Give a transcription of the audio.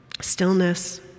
stillness